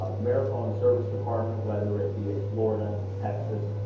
um marathon service department, whether it be at florida, texas,